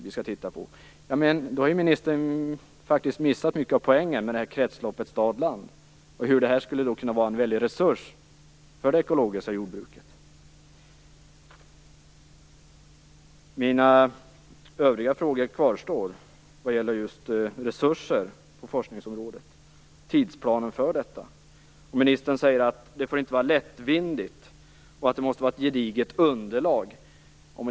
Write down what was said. Då har ministern faktiskt missat mycket av poängen med kretsloppet stad-land och hur det skulle kunna vara en väldig resurs för det ekologiska jordbruket. Mina övriga frågor om resurser på forskningsområdet och tidsplanen för detta kvarstår. Ministern säger att det inte får vara lättvindigt och att det måste vara ett gediget underlag.